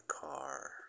car